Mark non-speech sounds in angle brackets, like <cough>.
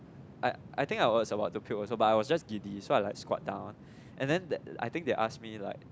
I I think I was about to puke also but I was just giddy so I like squat down and then <noise> they ask me like